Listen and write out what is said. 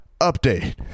Update